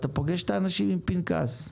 אתה פוגש אנשים עם פנקס.